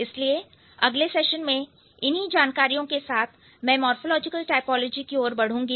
इसलिए अगले सेशन में इन्हीं जानकारियों के साथ मैं मोरफ़ोलॉजिकल टाइपोलॉजी की ओर बढ़ूंगी